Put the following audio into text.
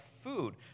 food